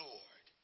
Lord